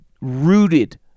rooted